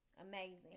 amazing